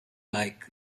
like